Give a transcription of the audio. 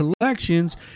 collections